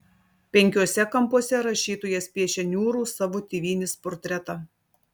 penkiuose kampuose rašytojas piešia niūrų savo tėvynės portretą